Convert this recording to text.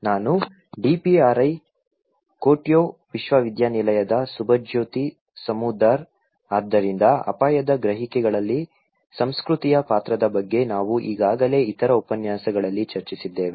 ನಾನು DPRI Kyoto ವಿಶ್ವವಿದ್ಯಾನಿಲಯದ ಸುಭಜ್ಯೋತಿ ಸಮದ್ದಾರ್ ಆದ್ದರಿಂದ ಅಪಾಯದ ಗ್ರಹಿಕೆಗಳಲ್ಲಿ ಸಂಸ್ಕೃತಿಯ ಪಾತ್ರದ ಬಗ್ಗೆ ನಾವು ಈಗಾಗಲೇ ಇತರ ಉಪನ್ಯಾಸಗಳಲ್ಲಿ ಚರ್ಚಿಸಿದ್ದೇವೆ